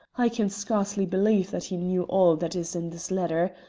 i can scarcely believe that he knew all that is in this letter.